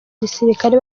gisirikare